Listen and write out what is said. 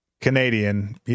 Canadian